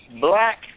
Black